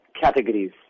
categories